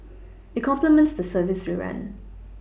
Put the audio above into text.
it complements the service we run